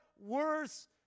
worse